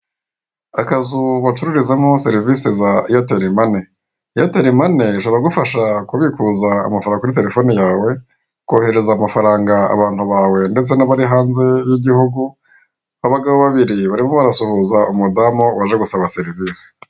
Akazu bacururizamo serivisi za eyateri mani, eyateri mani ziragufasha kubikuza amafaranga kuri telefoni yawe, kohereza amafaranga abantu bawe ndetse n'abari hanze y'igihugu, abagabo babiri barimo barasuhuza umudamu waje gusaba serivisi.